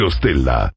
stella